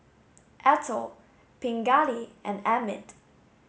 Atal Pingali and Amit